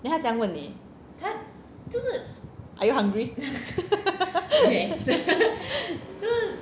then 他怎么样问你 are you hungry